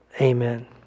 Amen